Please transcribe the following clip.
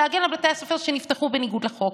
להגן על בתי הספר שנפתחו בניגוד לחוק.